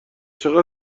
چقدر